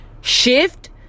shift